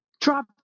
drop